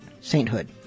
sainthood